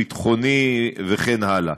ביטחוני וכן הלאה.